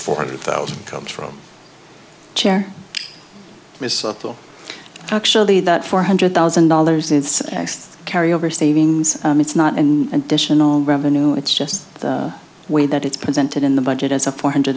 four hundred thousand comes from chair miss actually that four hundred thousand dollars it's actually carry over savings it's not in additional revenue it's just the way that it's presented in the budget as a four hundred